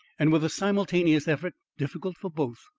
and with a simultaneous effort difficult for both,